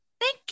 Thank